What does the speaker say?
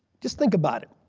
just think about it.